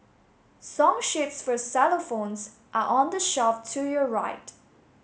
song sheets for xylophones are on the shelf to your right